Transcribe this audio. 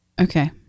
Okay